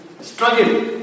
struggle